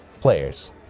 players